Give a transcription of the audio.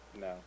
No